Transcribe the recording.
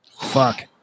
Fuck